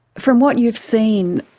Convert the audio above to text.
from what you've seen,